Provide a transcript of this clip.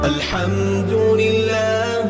Alhamdulillah